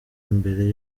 imbere